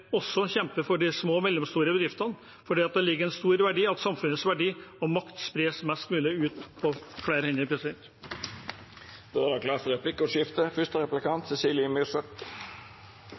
også kjemper for de små og mellomstore bedriftene, for det ligger en stor verdi i at samfunnets verdi og makt spres mest mulig ut på flere hender. Det vert replikkordskifte.